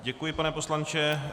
Děkuji, pane poslanče.